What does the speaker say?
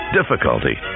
Difficulty